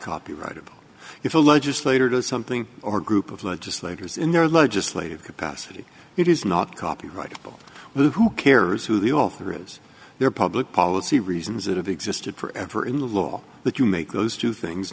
copyrighted if a legislator do something or a group of legislators in their legislative capacity it is not copyrightable who cares who the author is their public policy reasons that have existed forever in law that you make those two things